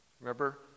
Remember